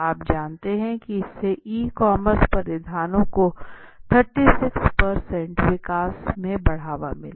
आप जानते हैं कि इससे ई कॉमर्स परिधान को 36 विकास का बढ़ावा मिला